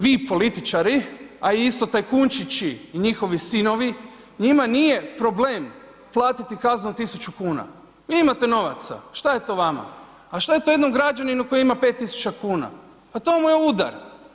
Vi političari, a isto tajkunčići i njihovi sinovi, njima nije problem platiti kaznu od 1.000,00 kn, vi imate novaca, šta je to vama, a što je to jednom građaninu koji ima 5.000,00 kn, pa to mu je udar.